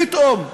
פתאום.